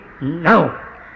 now